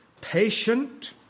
patient